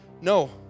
No